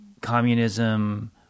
communism